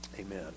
Amen